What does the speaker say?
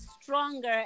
stronger